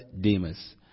Demas